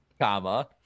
comma